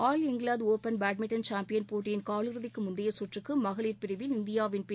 all இங்கிலாந்துடுப்பன் badminton champion போட்டியின் காலிறுதிக்குமுந்தையசுற்றுக்குமகளிர் பிரிவில் இந்தியாவின் பி